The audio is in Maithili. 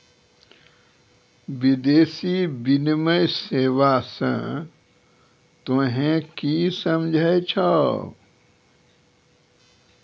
विदेशी विनिमय सेवा स तोहें कि समझै छौ